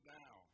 now